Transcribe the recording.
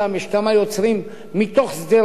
יש כמה יוצרים מתוך שדרות,